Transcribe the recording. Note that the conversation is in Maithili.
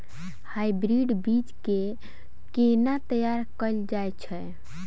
हाइब्रिड बीज केँ केना तैयार कैल जाय छै?